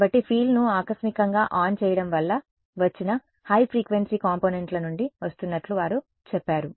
కాబట్టి ఫీల్డ్ను ఆకస్మికంగా ఆన్ చేయడం వల్ల వచ్చిన హై ఫ్రీక్వెన్సీ కాంపోనెంట్ల నుండి వస్తున్నట్లు వారు చెప్పారు